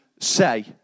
say